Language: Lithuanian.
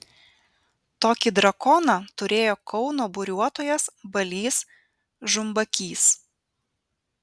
tokį drakoną turėjo kauno buriuotojas balys žumbakys